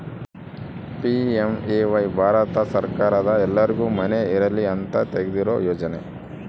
PMAY Bharat ಸರ್ಕಾರದ ಎಲ್ಲರ್ಗು ಮನೆ ಇರಲಿ ಅಂತ ತೆಗ್ದಿರೊ ಯೋಜನೆ